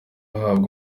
ahabwa